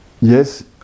yes